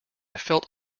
felt